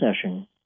session